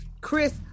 Chris